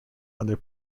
under